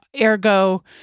ergo